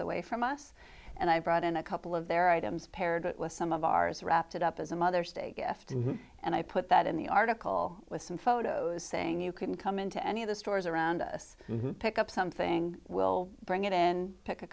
away from us and i brought in a couple of their items paired with some of ours wrapped it up as a mother's day gift and i put that in the article with some photos saying you can come into any of the stores around us and pick up something we'll bring it in pick a